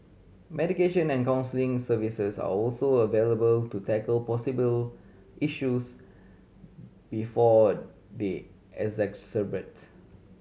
mediation and counselling services are also available to tackle possible issues before they exacerbate